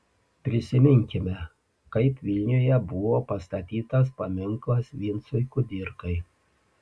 prisiminkime kaip vilniuje buvo pastatytas paminklas vincui kudirkai